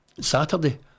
Saturday